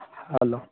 hello